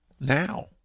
now